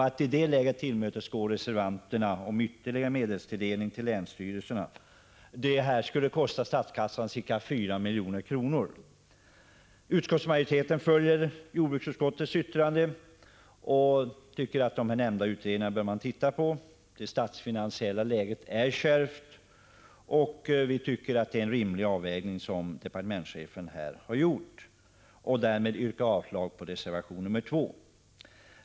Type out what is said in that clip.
Att i detta läge tillmötesgå reservanterna om ytterligare medelstilldelning till länsstyrelserna skulle kosta statskassan ca 4 milj.kr. Utskottsmajoriteten följer jordbruksutskottets yttrande och tycker att man bör ta ställning till Prot. 1985/86:139 nämnda utredningar. Det statsfinansiella läget är kärvt, och vi tycker att det är en rimlig avvägning som departementschefen här har gjort. Därmed yrkar jag avslag på reservation nr 2.